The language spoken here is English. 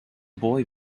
boy